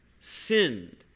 sinned